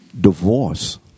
Divorce